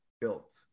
built